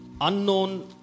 unknown